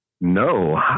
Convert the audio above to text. No